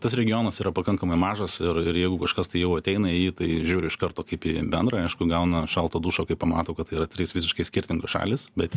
tas regionas yra pakankamai mažas ir ir jeigu kažkas tai jau ateina į jį tai žiūri iš karto kaip į bendrą aišku gauna šalto dušo kai pamato kad tai yra trys visiškai skirtingos šalys bet